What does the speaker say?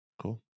cool